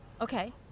okay